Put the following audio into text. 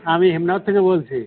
হ্যাঁ আমি হেমনাথ থেকে বলছি